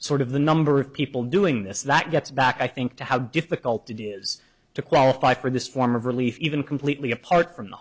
sort of the number of people doing this that gets back i think to how difficult it is to qualify for this form of relief even completely apart from the